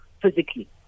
physically